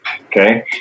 Okay